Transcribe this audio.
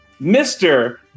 Mr